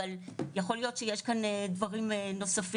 אבל יכול להיות שיש כאן דברים נוספים.